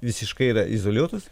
visiškai yra izoliuotos